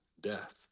death